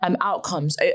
outcomes